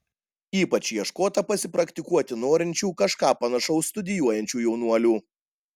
ypač ieškota pasipraktikuoti norinčių kažką panašaus studijuojančių jaunuolių